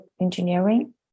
engineering